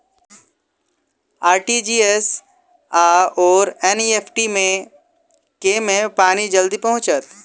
RTGS आओर NEFT मे केँ मे पानि जल्दी पहुँचत